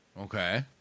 Okay